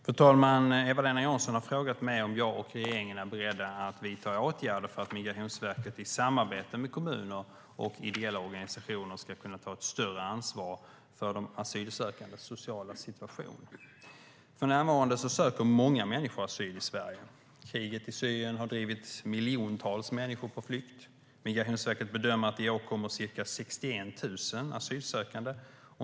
Fru talman! Eva-Lena Jansson har frågat mig om jag och regeringen är beredda att vidta åtgärder för att Migrationsverket i samarbete med kommuner och ideella organisationer ska kunna ta ett större ansvar för de asylsökandes sociala situation. För närvarande söker många människor asyl i Sverige. Kriget i Syrien har drivit miljontals människor på flykt. Migrationsverket bedömer att det i år kommer ca 61 000 asylsökande.